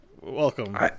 Welcome